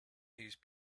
these